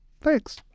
Thanks